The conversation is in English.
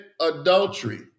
adultery